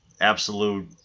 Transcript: absolute